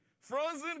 Frozen